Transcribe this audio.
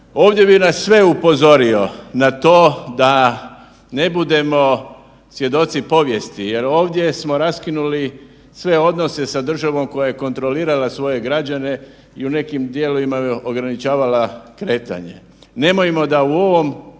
Ovdje bi nas sve upozorio na to da ne budemo svjedoci povijesti jer ovdje smo raskinuli sve odnose sa državom koja je kontrolirala svoje građane i u nekim dijelovima im ograničavala kretanje. Nemojmo da u ovom